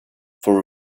for